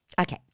Okay